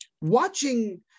watching